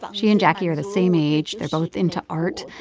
but she and jacquie are the same age. they're both into art.